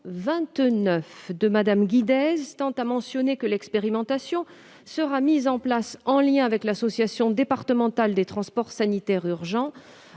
de Mme Guidez tend à mentionner que l'expérimentation sera mise en place en lien avec l'association départementale des transports sanitaires urgents.